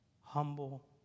Humble